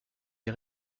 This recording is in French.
des